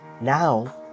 Now